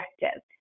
objective